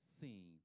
seen